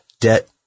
debt